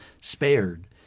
spared